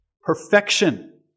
perfection